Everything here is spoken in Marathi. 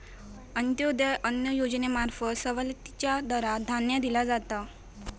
अंत्योदय अन्न योजनेंमार्फत सवलतीच्या दरात धान्य दिला जाता